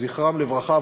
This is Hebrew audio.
זכרם לברכה,